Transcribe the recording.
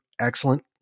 excellent